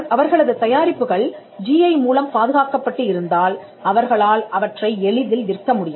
அவர்களது தயாரிப்புகள் G I மூலம் பாதுகாக்கப்பட்டு இருந்தால் அவர்களால் அவற்றை எளிதில் விற்க முடியும்